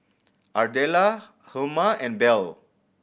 Ardella Hjalmer and Belle